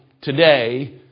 today